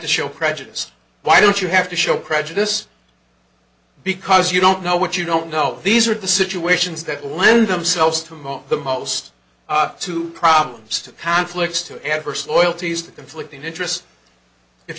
to show prejudice why don't you have to show prejudice because you don't know what you don't know these are the situations that lend themselves to among the most to problems to conflicts to adverse loyalties to conflicting interests if